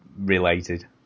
related